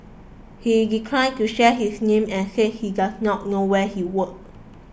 he declined to share his name and said he does not know where he worked